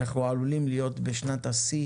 אנחנו עלולים להיות השנה בשנת שיא